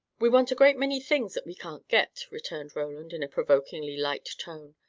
we want a great many things that we can't get, returned roland, in a provokingly light tone.